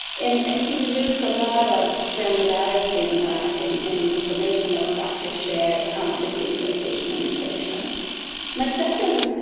and so you lose a lot of granularity in that in, in the information that was actually shared between the patient and explanation. my second,